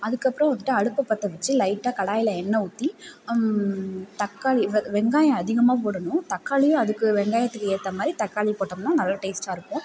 அதுக்கு அப்புறம் வந்துட்டு அடுப்பை பற்ற வச்சு லைட்டாக கடாயில் எண்ணெய் ஊற்றி தக்காளி வெங்காயம் அதிகமாக போடணும் தக்காளியும் அதுக்கு வெங்காயத்துக்கு ஏற்ற மாதிரி தக்காளி போட்டோம்னா நல்லா டேஸ்ட்டாக இருக்கும்